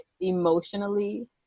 emotionally